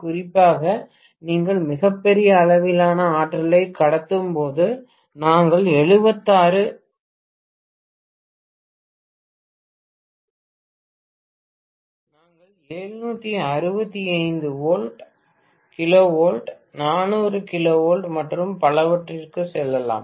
குறிப்பாக நீங்கள் மிகப் பெரிய அளவிலான ஆற்றலைக் கடத்தும்போது நாங்கள் 765 KV 400 KV மற்றும் பலவற்றிற்கு செல்லலாம்